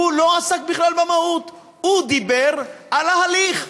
לא עסק בכלל במהות, הוא דיבר על ההליך.